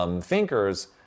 thinkers